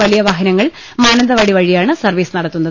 വലിയ വാഹനങ്ങൾ മാനന്തവാടിവഴിയാണ് സർവ്വീസ് നടത്തുന്നത്